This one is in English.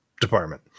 department